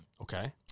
Okay